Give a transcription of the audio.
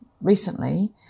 recently